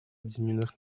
объединенных